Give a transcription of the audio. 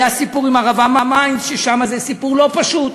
היה סיפור עם ARAVA Mines, ששם זה סיפור לא פשוט,